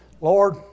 Lord